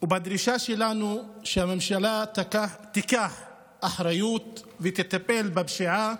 ובדרישה שלנו שהממשלה תיקח אחריות ותטפל בפשיעה,